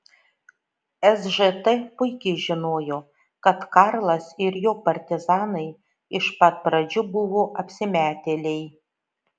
sžt puikiai žinojo kad karlas ir jo partizanai iš pat pradžių buvo apsimetėliai